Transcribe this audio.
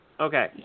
Okay